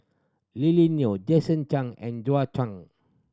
Lily Neo Jason Chan and Zhou Chan